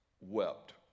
wept